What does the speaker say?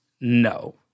no